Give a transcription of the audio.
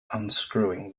unscrewing